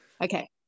Okay